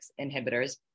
inhibitors